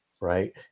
right